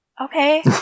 Okay